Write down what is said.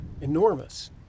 enormous